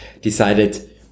decided